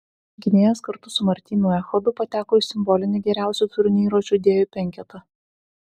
gynėjas kartu su martynu echodu pateko į simbolinį geriausių turnyro žaidėjų penketą